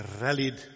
rallied